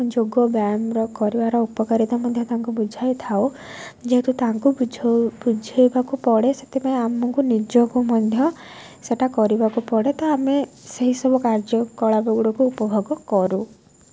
ଯୋଗ ବ୍ୟାୟାମର କରିବାର ଉପକାରିତା ମଧ୍ୟ ତାଙ୍କୁ ବୁଝାଇଥାଉ ଯେହେତୁ ତାଙ୍କୁ ବୁଝାଇବାକୁ ପଡ଼େ ସେଥିପାଇଁ ଆମକୁ ନିଜକୁ ମଧ୍ୟ ସେଇଟା କରିବାକୁ ପଡ଼େ ତ ଆମେ ସେହି ସବୁ କାର୍ଯ୍ୟକଳାପ ଗୁଡ଼ିକ ଉପଭୋଗ କରୁ